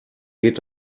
geht